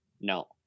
no